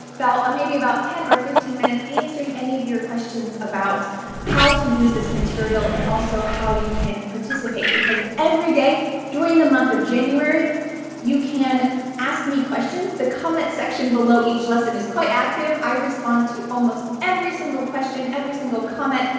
maybe about ten or fifteen minutes answering any of your questions about how to use this material, and also how you can participate. because every day during the month of january you can ask me questions. the comment section below each lesson is quite active. i respond to almost every single question, every single comment,